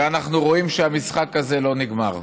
ואנחנו רואים שהמשחק הזה לא נגמר.